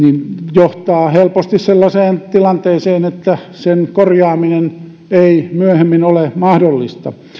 johtaa helposti sellaiseen tilanteeseen että sen korjaaminen ei myöhemmin ole mahdollista